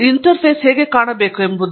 ಅಂತರ್ಮುಖಿಯು ಹೇಗೆ ಇರಬೇಕೆಂಬುದು